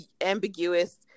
ambiguous